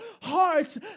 hearts